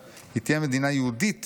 היא תהיה מדינה יהודית